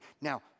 Now